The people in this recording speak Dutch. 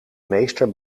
meester